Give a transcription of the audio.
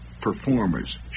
performers